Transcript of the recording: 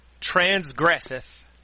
transgresseth